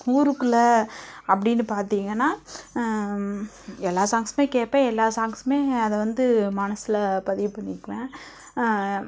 ஊருக்குள்ளே அப்படின்னு பார்த்தீங்கன்னா எல்லா சாங்ஸ்மே கேட்பேன் எல்லா சாங்ஸ்மே அதை வந்து மனதில் பதிவு பண்ணிக்குவேன்